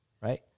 right